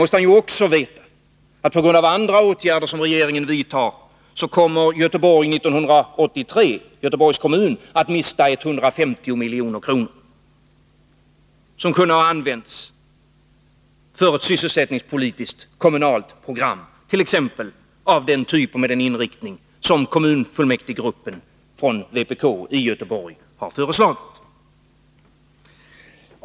Vidare bör man veta att Göteborgs kommun under 1983 på grund av andra åtgärder som regeringen vidtar kommer att mista 150 milj.kr. som kunde ha använts för ett sysselsättningspolitiskt kommunalt program t.ex. av den typ och med den inriktning som kommunfullmäktigegruppen från vpk i Göteborg har föreslagit.